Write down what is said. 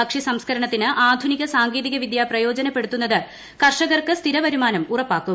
ഭക്ഷ്യ സംസ്ക്കരണത്തിന് ആധുനിക സാങ്കേതിക വിദ്യ പ്രയോജനപ്പെടുത്തുന്നത് കർഷകർക്ക് സ്ഥിരവരുമാനം ഉറപ്പാക്കും